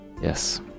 Yes